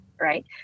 right